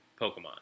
Pokemon